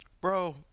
Bro